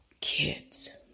kids